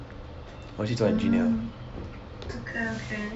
我要去做 engineer